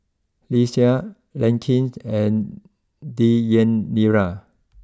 Lesia Larkin and Deyanira